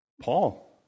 Paul